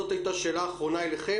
זאת הייתה השאלה האחרונה אליכם,